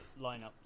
lineup